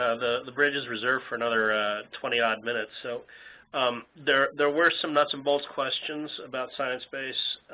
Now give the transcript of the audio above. ah the the bridge is reserved for another twenty odd minutes, so there there were some nuts and bolts questions about sciencebase,